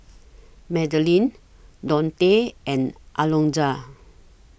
Madilynn Dontae and Alonzo